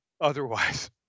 otherwise